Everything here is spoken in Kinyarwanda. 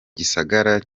gisagara